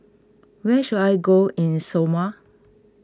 where should I go in Samoa